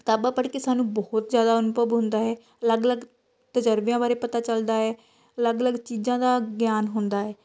ਕਿਤਾਬਾਂ ਪੜ੍ਹ ਕੇ ਸਾਨੂੰ ਬਹੁਤ ਜ਼ਿਆਦਾ ਅਨੁਭਵ ਹੁੰਦਾ ਏ ਅਲੱਗ ਅਲੱਗ ਤਜਰਬਿਆਂ ਬਾਰੇ ਪਤਾ ਚੱਲਦਾ ਏ ਅਲੱਗ ਅਲੱਗ ਚੀਜ਼ਾਂ ਦਾ ਗਿਆਨ ਹੁੰਦਾ ਏ